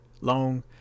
long